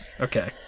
Okay